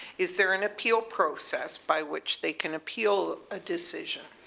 is there an appeal process by which they can appeal a decision?